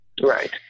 Right